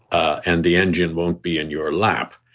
and the engine won't be in your lap,